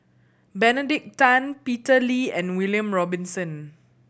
Benedict Tan Peter Lee and William Robinson